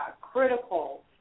critical